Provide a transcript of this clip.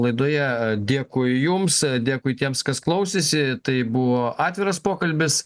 laidoje dėkui jums dėkui tiems kas klausėsi tai buvo atviras pokalbis